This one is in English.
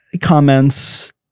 comments